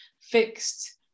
fixed